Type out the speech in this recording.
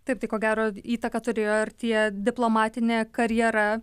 taip tai ko gero įtaką turėjo ir tie diplomatinė karjera